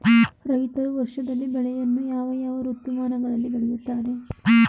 ರೈತರು ವರ್ಷದಲ್ಲಿ ಬೆಳೆಯನ್ನು ಯಾವ ಯಾವ ಋತುಮಾನಗಳಲ್ಲಿ ಬೆಳೆಯುತ್ತಾರೆ?